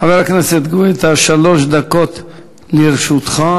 חבר הכנסת גואטה, שלוש דקות לרשותך.